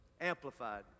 amplified